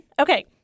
Okay